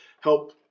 help